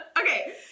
Okay